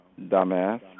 dumbass